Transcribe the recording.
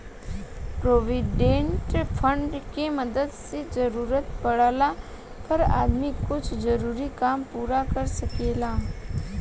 provident fund के मदद से जरूरत पाड़ला पर आदमी कुछ जरूरी काम पूरा कर सकेला